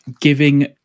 giving